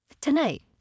Tonight